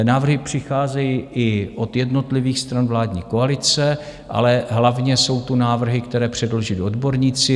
Návrhy přicházejí i od jednotlivých stran vládní koalice, ale hlavně jsou tu návrhy, které předložili odborníci.